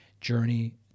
journey